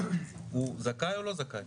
הוא זכאי או לא זכאי?